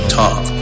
talk